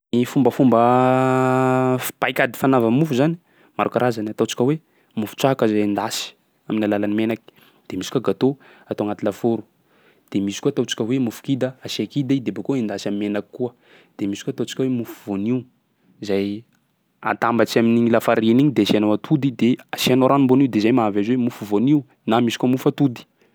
Ny fombafomba f- paikady fanaova mofo zany maro karazany, ataontsika hoe mofo traka izay endasy amin'ny alalan'ny menaky. De misy koa gâteau atao agnaty lafaoro; de misy koa ataontsika hoe mofo kida, asia kida i de bôkeo endasy am'menaky koa. de misy koa ataontsika hoe mofo voanio izay atambatsy amin'igny lafariny igny de asianao atody de asianao ranom-boanio de zay mahavezo hoe mofo voanio na misy koa mofo atody.